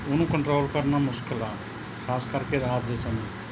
ਉਹਨੂੰ ਕੰਟਰੋਲ ਕਰਨਾ ਮੁਸ਼ਕਲ ਆ ਖਾਸ ਕਰਕੇ ਰਾਤ ਦੇ ਸਮੇਂ